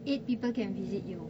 eight people can visit you